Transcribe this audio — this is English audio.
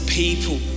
people